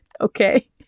okay